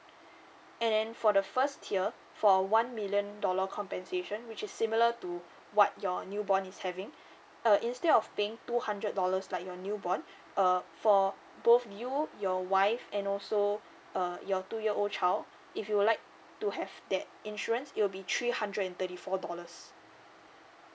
and for the first tier for a one million dollar compensation which is similar to what your new born is having uh instead of paying two hundred dollars like your new born uh for both you your wife and also uh your two year old child if you would like to have that insurance it'll be three hundred and thirty four dollars